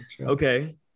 Okay